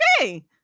Okay